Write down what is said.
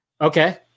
okay